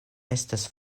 estas